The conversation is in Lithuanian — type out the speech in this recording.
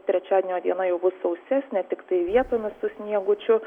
trečiadienio diena jau bus sausesnė tiktai vietomis su sniegučiu